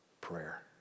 prayer